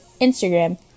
Instagram